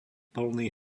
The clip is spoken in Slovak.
plný